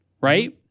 right